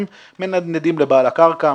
הם מנדנדים לבעל הקרקע,